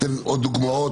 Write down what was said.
אני אתן עוד דוגמאות.